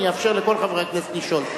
אני אאפשר לכל חברי הכנסת לשאול.